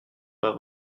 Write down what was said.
pas